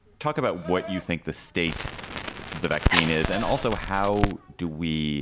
talk about what you think the state of the vaccine is, and also how do we